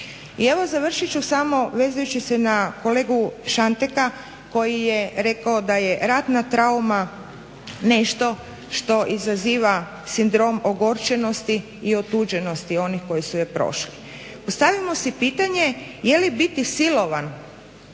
I evo završit ću samo vezujući se na kolegu Šanteka koji je rekao da je ratna trauma nešto što izaziva sindrom ogorčenosti i otuđenosti onih koji su je prošli. Postavimo si pitanje je li biti silovan